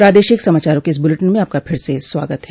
प्रादेशिक समाचारों के इस बुलेटिन में आपका फिर से स्वागत है